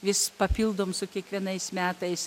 vis papildom su kiekvienais metais